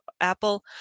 Apple